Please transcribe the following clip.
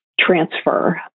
transfer